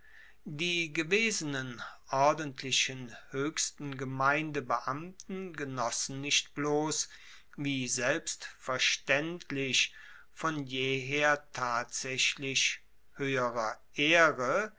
die gewesenen ordentlichen hoechsten gemeindebeamten genossen nicht bloss wie selbstverstaendlich von jeher tatsaechlich hoeherer ehre